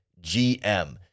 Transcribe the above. GM